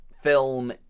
film